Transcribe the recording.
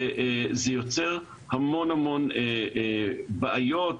וזה יוצר המון המון בעיות,